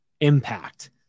impact